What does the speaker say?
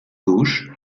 gauche